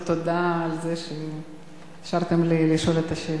תודה על זה שאישרתם לי לשאול את השאלה.